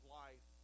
life